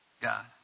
god